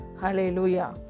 Hallelujah